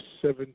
seven